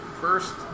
first